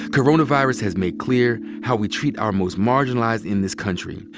coronavirus has made clear how we treat our most marginalized in this country,